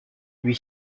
lui